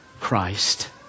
Christ